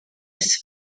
his